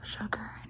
sugar